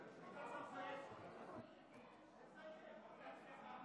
חברת הכנסת בן ארי, בבקשה לשבת.